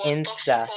Insta